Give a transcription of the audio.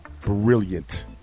brilliant